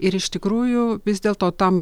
ir iš tikrųjų vis dėlto tam